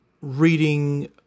reading